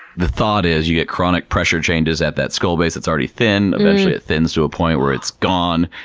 the thought is, you get chronic pressure changes at that skull base that's already thin. eventually it thins to a point where it's gone.